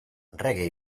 reggae